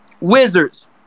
Wizards